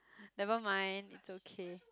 never mind it's okay